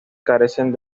carecen